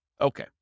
Okay